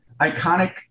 iconic